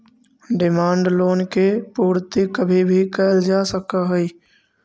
demand loan के पूर्ति कभी भी कैल जा सकऽ हई